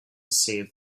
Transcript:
save